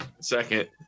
Second